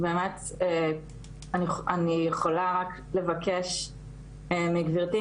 אני יכולה רק לבקש מגברתי,